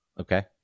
Okay